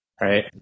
right